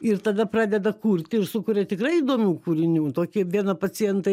ir tada pradeda kurti ir sukuria tikrai įdomių kūrinių tokį vieną pacientą